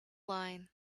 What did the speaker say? line